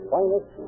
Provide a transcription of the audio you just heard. finest